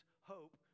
hope